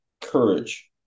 courage